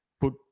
put